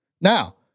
Now